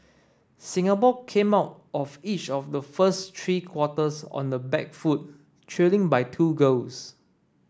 Singapore came out of each of the first three quarters on the back foot trailing by two goals